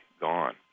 gone